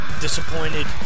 disappointed